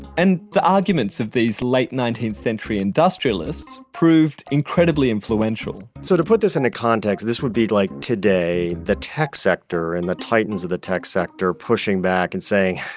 and the arguments of these late nineteenth century industrialists proved incredibly influential so to put this into context, this would be like today, the tech sector and the titans titans of the tech sector pushing back and saying,